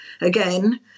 again